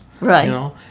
Right